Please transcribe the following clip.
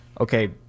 okay